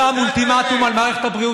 אל תדבר.